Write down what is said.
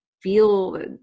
feel